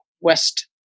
West